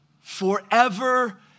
forever